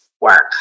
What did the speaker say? work